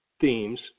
themes